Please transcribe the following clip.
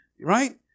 Right